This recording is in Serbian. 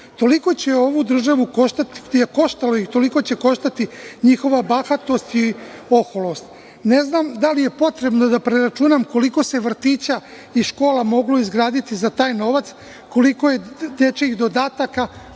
Toliko je ovu državu koštalo i toliko će koštati njihova bahatost i oholost. Ne znam da li je potrebno da preračunam koliko se vrtića i škola moglo izgraditi za taj novac, koliko je dečijih dodataka,